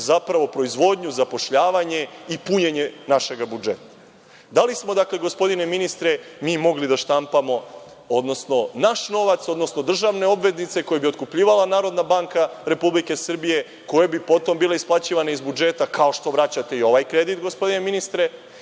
pokreće proizvodnju, zapošljavanje i punjenje našeg budžeta. Da li smo, gospodine ministre, mi mogli da štampamo naš novac, odnosno državne obveznice koje bi otkupljivala Narodna banka Republike Srbije koje bi potom bile isplaćivane iz budžeta, kao što vraćate i ovaj kredit, gospodine ministre,